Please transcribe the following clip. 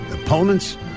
opponents